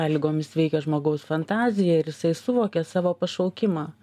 sąlygomis veikia žmogaus fantazija ir jisai suvokia savo pašaukimą